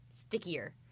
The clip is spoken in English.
stickier